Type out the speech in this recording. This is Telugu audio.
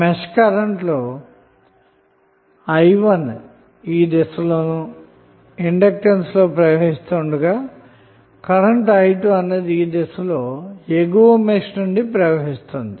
మెష్ కరెంటు i1 ఈ దిశలో ఇండక్టెన్స్ లో ప్రవహిస్తుండగా కరెంటు i2 ఈ దిశలో ఎగువ మెష్ నుండి ప్రవహిస్తుంది